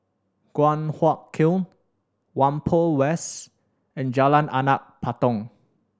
Guan Huat Kiln Whampoa West and Jalan Anak Patong